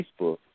Facebook